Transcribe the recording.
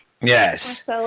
Yes